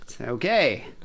Okay